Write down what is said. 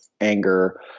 anger